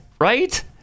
right